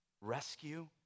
rescue